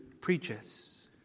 preaches